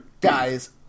Guys